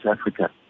Africa